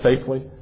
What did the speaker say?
safely